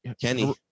Kenny